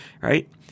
right